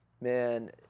man